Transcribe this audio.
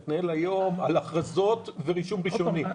אתה מתנהל היום על הכרזות ורישום ראשוני.